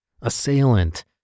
assailant